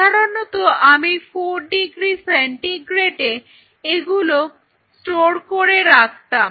সাধারণত আমি 4° সেন্টিগ্রেডে এগুলো স্টোর করে রাখতাম